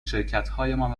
شرکتهایمان